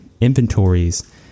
inventories